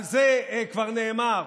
על זה כבר נאמר: